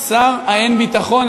שר האין-ביטחון.